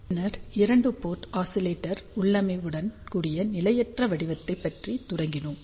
பின்னர் இரண்டு port oscillator உள்ளமைவுடன் கூடிய நிலையற்ற வடிவத்தைப் பற்றி தொடங்கினோம்